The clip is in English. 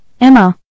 Emma